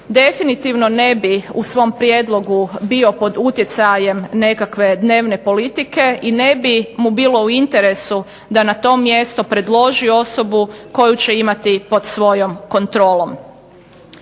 definitivno ne bi u svom prijedlogu bio pod utjecajem nekakve dnevne politike i ne bi mu bilo u interesu da na to mjesto predloži osobu koju će imati pod svojom kontrolom.